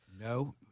No